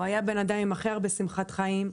הוא היה בן אדם אחר עם שמחת חיים,